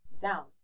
down